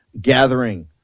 gathering